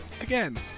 Again